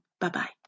Bye-bye